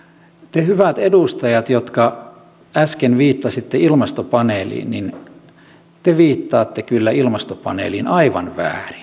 te hyvät edustajat jotka äsken viittasitte ilmastopaneeliin viittaatte kyllä ilmastopaneeliin aivan väärin